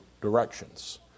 directions